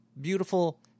beautiful